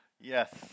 Yes